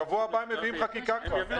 בשבוע הבא הם מביאים חקיקה כבר.